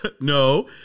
No